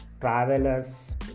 travelers